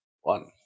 one